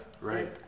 right